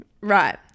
Right